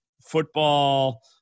football